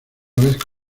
vez